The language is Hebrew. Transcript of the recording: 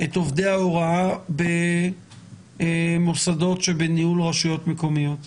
את עובדי ההוראה במוסדות שבניהול רשויות מקומיות?